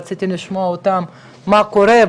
אז רציתי לשמוע מהם מה קורה,